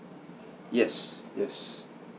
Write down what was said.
yes yes